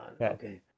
Okay